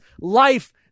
life